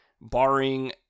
barring